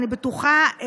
אני בטוחה,